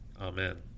Amen